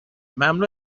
مملو